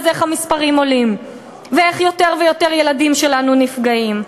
אז איך המספרים עולים ואיך יותר ויותר ילדים שלנו נפגעים?